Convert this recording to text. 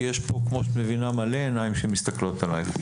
כי כמו שאת מבינה יש כאן הרבה עיניים שמסתכלות עליך.